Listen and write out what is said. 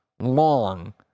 long